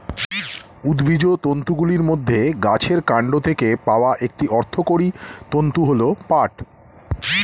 উদ্ভিজ্জ তন্তুগুলির মধ্যে গাছের কান্ড থেকে পাওয়া একটি অর্থকরী তন্তু হল পাট